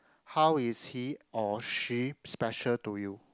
how is he or she special to you